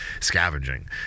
scavenging